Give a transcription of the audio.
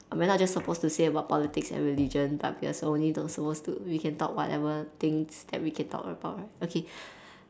we're not just supposed to say about politics and religion but we are also only those supposed to we can talk whatever things that we can talk about right okay